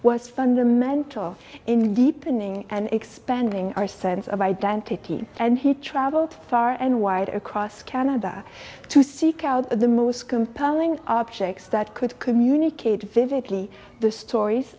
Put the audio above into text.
was fundamental in deepening and expanding our sense of identity and he traveled far and wide across canada to seek out the most compelling objects that could communicate vividly the stories